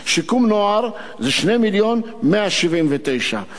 שיקום נוער זה 2 מיליון ו-179,000 שקלים.